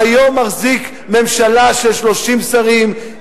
והיום מחזיק ממשלה של 30 שרים,